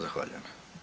Zahvaljujem.